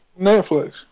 Netflix